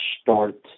start